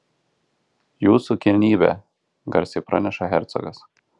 jūsų kilnybe garsiai praneša hercogas